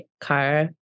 car